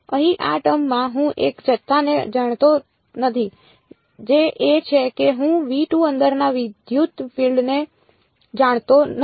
અહીં આ ટર્મ માં હું એક જથ્થાને જાણતો નથી જે એ છે કે હું અંદરના વિદ્યુત ફીલ્ડ ને જાણતો નથી